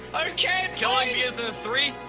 can't join you the three?